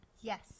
Yes